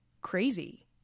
crazy